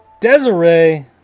Desiree